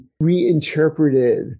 reinterpreted